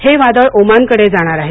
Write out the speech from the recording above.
हे वादळ ओमानकडे जाणार आहे